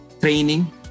training